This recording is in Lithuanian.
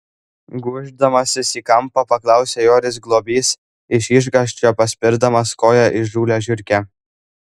gūždamasis į kampą paklausė joris globys iš išgąsčio paspirdamas koja įžūlią žiurkę